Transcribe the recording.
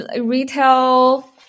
retail